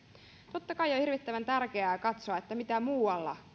totta kai on hirvittävän tärkeää katsoa että mitä muualla